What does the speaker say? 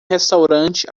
restaurante